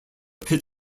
pit